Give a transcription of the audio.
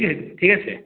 ঠিক আছে